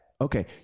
Okay